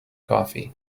coffee